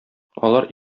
алар